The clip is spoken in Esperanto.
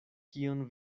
kion